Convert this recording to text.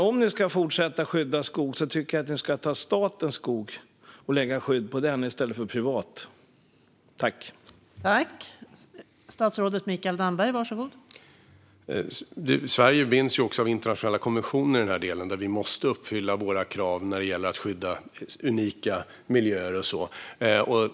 Om ni ska fortsätta skydda skog tycker jag att ni kan lägga skydd på statens skog i stället för på privat skog.